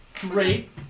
Great